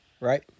right